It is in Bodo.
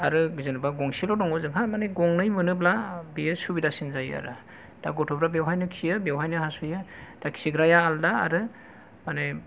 आरो जेनेबा गंसेल' दङ जोंहा माने गंनै मोनोब्ला बेयो सुबिदासिन जायो आरो दा गथ'फोरआ बेवहायनो खियो बेवहायनो हासुयो दा खिग्राया आलादा आरो माने